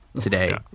today